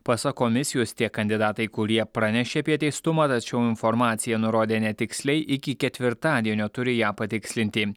pasak komisijos tie kandidatai kurie pranešė apie teistumą tačiau informaciją nurodė netiksliai iki ketvirtadienio turi ją patikslinti